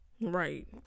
Right